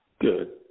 Good